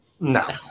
No